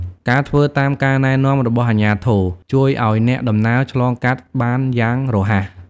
ការធ្វើតាមការណែនាំរបស់អាជ្ញាធរជួយឱ្យអ្នកដំណើរឆ្លងកាត់បានយ៉ាងរហ័ស។